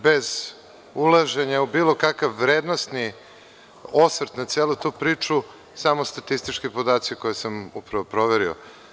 Bez ulaženja u bilo kakav vrednosni osvrt na tu celu priču, samo statistički podaci koje sam upravo proverio.